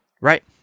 Right